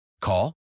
Call